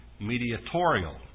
mediatorial